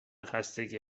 خستگی